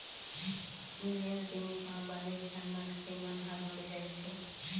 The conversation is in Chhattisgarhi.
निवेश बेंक म बनेच झन मनखे मन ह जुड़े रहिथे